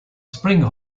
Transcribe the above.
spring